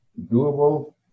doable